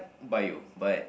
Bio but